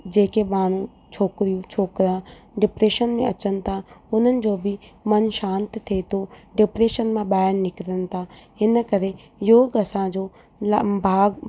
जेके माण्हूं छोकिरियूं छोकिरा डिप्रेशन में अचनि था उन्हनि जो बि मन शांति थिए थो डिप्रेशन मां ॿाहिरि निकिरनि था इन करे योगु असां जो लं म बा